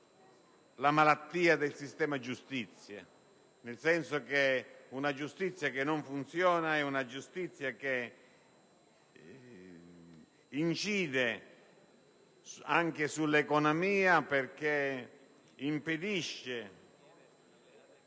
la malattia del sistema giustizia, nel senso che una giustizia che non funziona incide anche sull'economia, perché impedisce